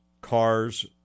cars